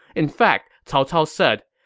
in fact, cao cao said,